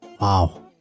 Wow